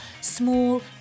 small